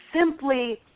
simply